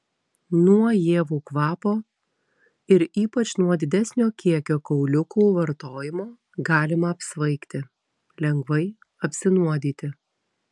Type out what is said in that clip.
nuo ievų kvapo ir ypač nuo didesnio kiekio kauliukų vartojimo galima apsvaigti lengvai apsinuodyti